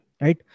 Right